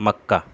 mecca